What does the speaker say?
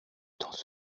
temps